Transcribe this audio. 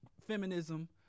feminism